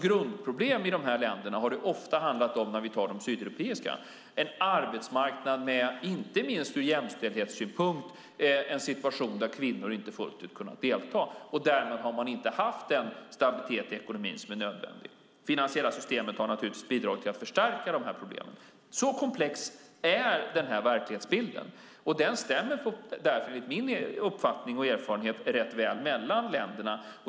Grundproblemet i de sydeuropeiska länderna har ofta handlat om jämställdhet och att man har haft en arbetsmarknad där kvinnor inte fullt ut kunnat delta. Därför har man inte haft den stabilitet i ekonomin som är nödvändig. Det finansiella systemet har naturligtvis bidragit till att förstärka problemen. Så komplex är verkligheten. Det stämmer enligt min uppfattning och erfarenhet väl mellan länderna.